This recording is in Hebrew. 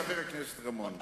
חבר הכנסת רמון,